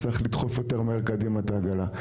אבל צריך לדחוף יותר מהר קדימה את העגלה.